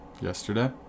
Yesterday